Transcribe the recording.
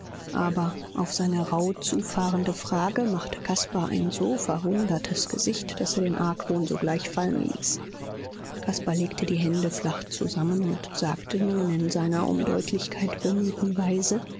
aber auf seine rauh zufahrende frage machte caspar ein so verwundertes gesicht daß er den argwohn sogleich fallen ließ caspar legte die hände flach zusammen und sagte nun in seiner um deutlichkeit bemühten weise